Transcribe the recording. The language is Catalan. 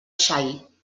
xai